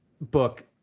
book